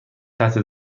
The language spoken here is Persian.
تحت